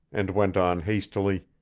and went on hastily